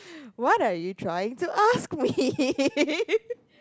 what are you trying to ask me